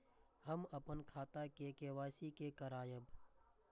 हम अपन खाता के के.वाई.सी के करायब?